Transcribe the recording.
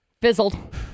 Fizzled